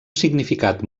significat